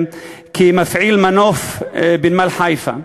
כמפעיל מנוף בנמל חיפה,